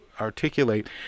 articulate